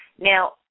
Now